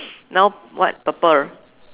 now what purple